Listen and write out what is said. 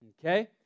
Okay